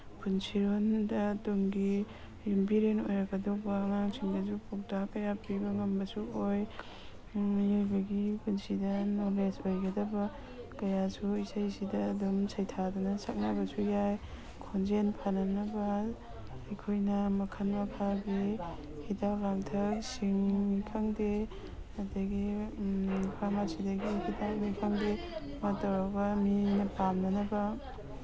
ꯄꯨꯟꯁꯤꯔꯣꯟꯗ ꯇꯨꯡꯒꯤ ꯌꯨꯝꯕꯤꯔꯦꯟ ꯑꯣꯏꯔꯛꯀꯗꯧꯕ ꯑꯉꯥꯡꯁꯤꯡꯗꯁꯨ ꯄꯥꯎꯇꯥꯛ ꯀꯌꯥ ꯄꯤꯕ ꯉꯝꯕꯁꯨ ꯑꯣꯏ ꯃꯤꯑꯣꯏꯕꯒꯤ ꯄꯨꯟꯁꯤꯗ ꯅꯣꯂꯦꯖ ꯑꯣꯏꯒꯗꯕ ꯀꯌꯥꯁꯨ ꯏꯁꯩꯁꯤꯗ ꯑꯗꯨꯝ ꯁꯩꯊꯥꯗꯨꯅ ꯁꯛꯅꯕꯁꯨ ꯌꯥꯏ ꯈꯣꯟꯖꯦꯟ ꯐꯅꯅꯕ ꯑꯩꯈꯣꯏꯅ ꯃꯈꯜ ꯃꯈꯜꯒꯤ ꯍꯤꯗꯥꯛ ꯂꯥꯡꯊꯛꯁꯤꯡꯅꯤ ꯈꯪꯗꯦ ꯑꯗꯒꯤ ꯐꯥꯔꯃꯥꯁꯤꯗꯒꯤ ꯍꯤꯗꯥꯛꯅꯤ ꯈꯪꯗꯦ ꯑꯃ ꯇꯧꯔꯒ ꯃꯤꯅ ꯄꯥꯝꯅꯅꯕ